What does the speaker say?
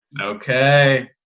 Okay